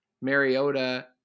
Mariota